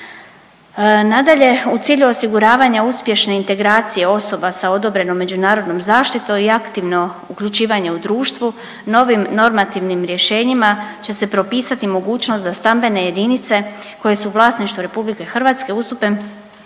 Nadalje u cilju osiguravanja uspješne integracije osoba sa odobrenom međunarodnom zaštitom i aktivno uključivanje u društvo novim normativnim rješenjima će se propisati mogućnost za stambene jedinice koje su vlasništvo RH ustupe